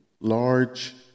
large